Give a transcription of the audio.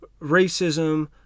racism